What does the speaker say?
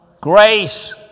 Grace